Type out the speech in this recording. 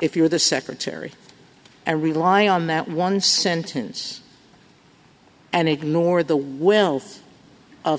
if you're the secretary and rely on that one sentence and ignore the wealth of